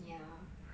ya